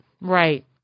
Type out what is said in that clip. Right